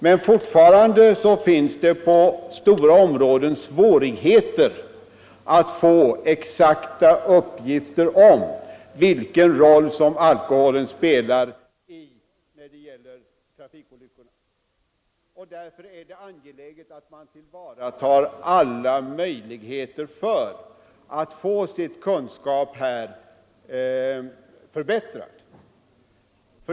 Men fortfarande finns det på stora områden svårigheter att få exakta uppgifter om vilken roll som alkoholen spelar när det gäller trafikolyckorna. Därför är det angeläget att man tillvaratar alla möjligheter att få sin kunskap förbättrad.